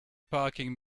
parking